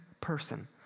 person